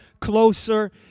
closer